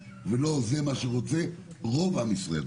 ולא זה מה שרוצה רוב עם ישראל.